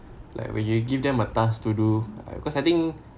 like when you give them a task to do cause I think